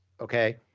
okay